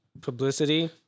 publicity